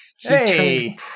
Hey